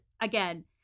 again